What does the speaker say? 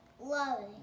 loving